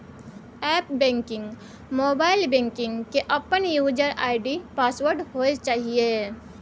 app banking, mobile banking के अपन user ID password होय चाहिए